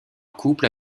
couple